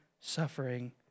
suffering